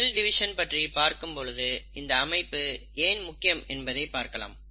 செல் division பற்றி பார்க்கும் பொழுது இந்த அமைப்பு ஏன் முக்கியம் என்பதை பார்க்கலாம்